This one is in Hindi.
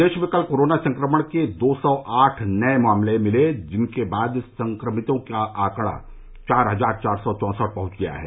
प्रदेश में कल कोरोना संक्रमण के दो सौ आठ नए मामले मिले जिसके बाद संक्रमितों का आंकड़ा चार हजार चार सौ चौंसठ पहुंच गया है